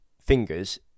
fingers